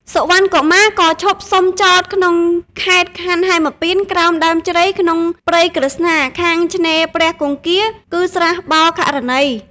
សុវណ្ណកុមារក៏ឈប់សំចតក្នុងខេត្តខណ្ឌហេមពាន្តក្រោមដើមជ្រៃក្នុងព្រៃក្រឹស្នា ខាងឆ្នេរព្រះគង្គារ គឺស្រះបោក្ខរណី។